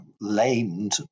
lamed